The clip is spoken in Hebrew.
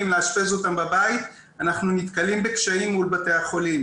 ולאשפז אותם בבית אנחנו נתקלים בקשיים מול בתי החולים.